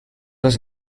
los